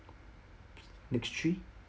next three